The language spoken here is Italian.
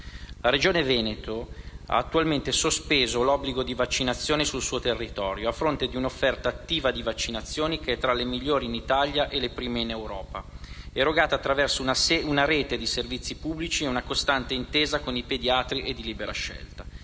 La Regione Veneto ha attualmente sospeso l'obbligo di vaccinazione sul suo territorio a fronte di un'offerta attiva di vaccinazioni che è tra le migliori in Italia e le prime in Europa, erogata attraverso una rete di servizi pubblici e una costante intesa con i pediatri di libera scelta.